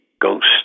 Ghost